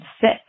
sit